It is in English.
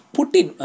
Putin